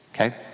okay